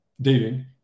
Dating